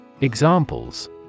Examples